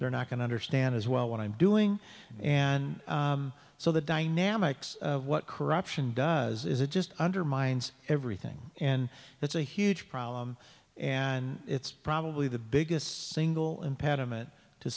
they're not going to understand as well what i'm doing and so the dynamics of what corruption does is it just undermines everything and that's a huge problem and it's probably the biggest single impediment to